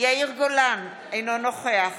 יאיר גולן, אינו נוכח